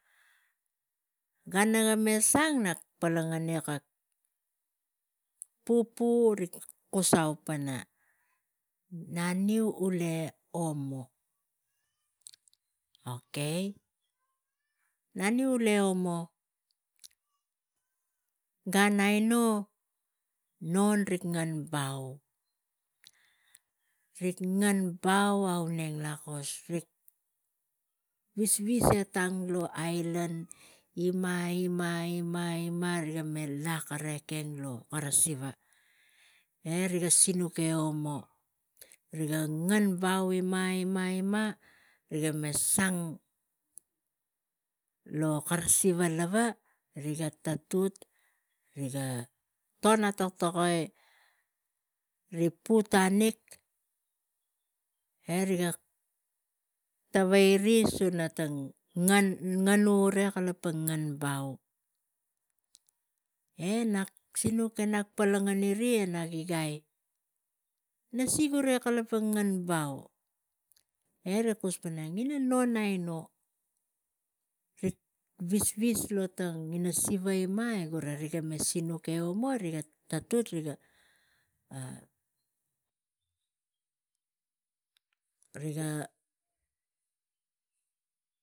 Gan naga me sang, pupu rik kusau pana naniu ule omo. Okay, naniu ule omo. Gan aino non rig ngen, rig ngen bau lakos e rik visvis etang e ailan ima, ima, ima, ima, riga me lak kara ekeng lo siva e riga sinuk e omo riga ngen bau, ima, ima, ima, riga me sang lo kara siva riga tatut riga tung atag tagai. Ri pu tanik, e riga tavai ri suna tang ngen kula rik kalapang ngen bau e nak sinuk palang ori rik igai, "nasi gura gi kalapang ngen bau? E rik kus pana ina non, non rik visvis lo ina siva eng, riga sinuk, e riga tatut